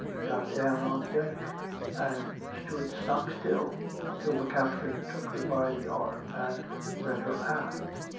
got down on deck and stood stock-still till the captain took her by the arm and led her aft.